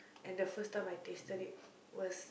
and the first time I tasted it was